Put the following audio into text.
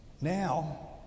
Now